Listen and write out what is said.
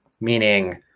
meaning